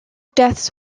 deaths